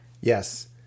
yes